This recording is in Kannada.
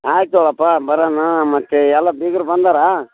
ಆಯಿತು ಅಪ್ಪ ಬರಣ ಮತ್ತು ಎಲ್ಲ ಬೀಗರು ಬಂದಾರಾ